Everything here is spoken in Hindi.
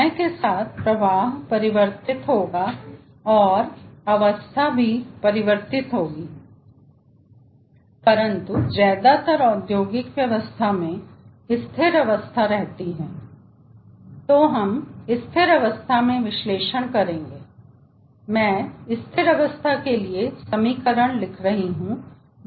समय के साथ प्रवाह परिवर्तित होगा और अवस्था परिवर्तित होगी परंतु ज्यादातर औद्योगिक व्यवस्था में स्थिर अवस्था रहती है तो हम स्थिर अवस्था में विश्लेषण करेंगे मैं स्थिर अवस्था के लिए समीकरण लिख रहा हूं जो इस प्रकार है